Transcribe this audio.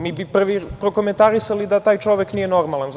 Mi bi prvi prokomentarisali da taj čovek nije normalan.